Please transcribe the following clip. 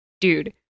dude